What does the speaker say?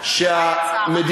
לצערי הרב.